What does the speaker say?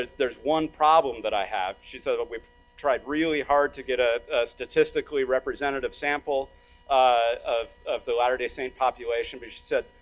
there's one problem that i have. she said, we've tried really hard to get a statistically representative sample of of the latter-day saint population. but she said,